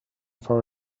for